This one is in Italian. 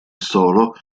solo